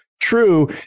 true